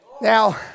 Now